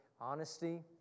honesty